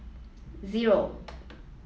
zero